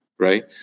right